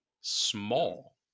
small